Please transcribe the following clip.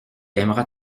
aimeras